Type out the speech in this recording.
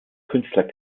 künstler